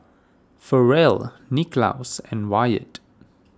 Ferrell Nicklaus and Wyatt